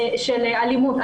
של אלימות.